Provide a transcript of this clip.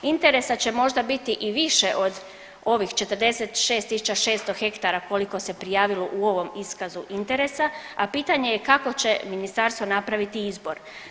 Interesa će možda biti i više od ovih 46600 ha koliko se prijavilo u ovom iskazu interesa, a pitanje je kako će ministarstvo napraviti izbor.